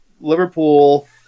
Liverpool